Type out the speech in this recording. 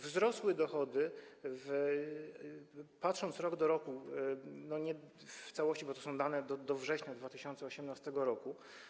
Wzrosły dochody, patrząc rok do roku, nie w całości, bo to są dane do września 2018 r.